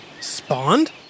Spawned